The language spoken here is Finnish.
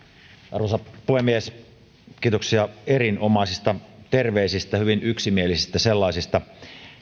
arvoisa puhemies kiitoksia erinomaisista terveisistä hyvin yksimielisistä sellaisista